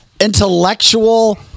intellectual